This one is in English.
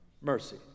mercy